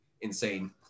insane